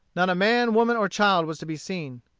not a man, woman, or child was to be seen.